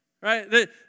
Right